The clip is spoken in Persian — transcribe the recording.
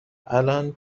الان